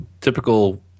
typical